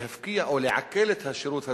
להפקיע או לעקל את השירות הזה,